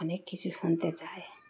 অনেক কিছু শুনতে চায়